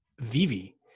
vivi